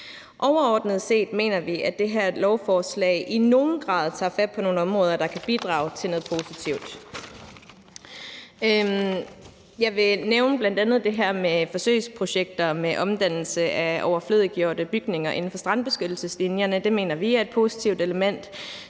Overordnet set mener vi, at det her lovforslag i nogen grad tager fat på nogle områder, der kan bidrage til noget positivt. Jeg vil bl.a. nævne det her med forsøgsprojekter med omdannelse af overflødiggjorte bygninger inden for strandbeskyttelseslinjerne. Det mener vi er et positivt element,